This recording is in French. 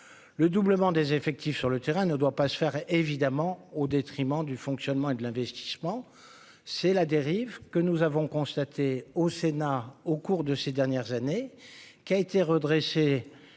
le doublement des effectifs sur le terrain ne doit pas se faire évidemment au détriment du fonctionnement et de l'investissement, c'est la dérive que nous avons constaté au Sénat au cours de ces dernières années, qui a été redressée,